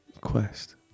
Quest